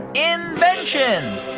inventions.